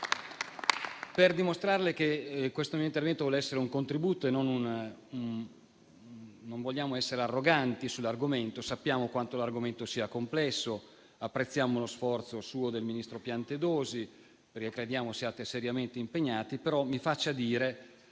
Per dimostrarle che questo mio intervento vuole essere un contributo e non vogliamo essere arroganti sull'argomento, che sappiamo quanto sia complesso, dico che apprezziamo il suo sforzo e quello del ministro Piantedosi, perché crediamo siate seriamente impegnati. Mi consenta,